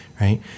right